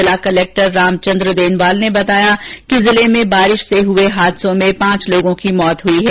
जिला कलेक्टर रामचंद्र देनवाल ने बताया कि जिले में बारिश से हुए हादसों में पांच लोगों की मौत हुई है